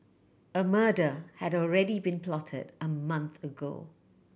a murder had already been plotted a month ago